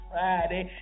Friday